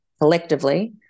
collectively